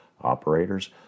operators